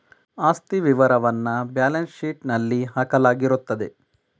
ಆಸ್ತಿ ವಿವರವನ್ನ ಬ್ಯಾಲೆನ್ಸ್ ಶೀಟ್ನಲ್ಲಿ ಹಾಕಲಾಗಿರುತ್ತದೆ